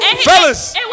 Fellas